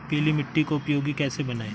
पीली मिट्टी को उपयोगी कैसे बनाएँ?